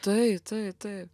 tai tai taip